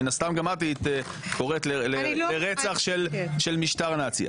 מן הסתם גם את היית קוראת לרצח של משטר נאצי.